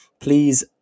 Please